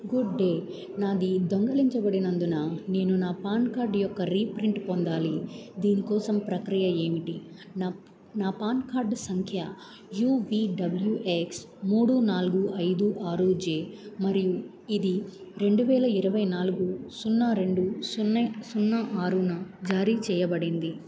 good day నాది దొంగలించబడినందున నేను నా పాన్ కార్డ్ యొక్క రీప్రింట్ పొందాలి దీని కోసం ప్రక్రియ ఏమిటి నా నా పాన్ కార్డు సంఖ్య యూ వీ డబ్ల్యూ ఎక్స్ మూడు నాలుగు ఐదు ఆరు జే మరియు ఇది రెండు వేల ఇరవై నాలుగు సున్నా రెండు సున్నా ఆరున జారీ చేయబడింది